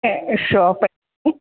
ഇത് ഷോപ്പല്ലേ